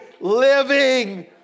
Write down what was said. Living